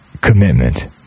commitment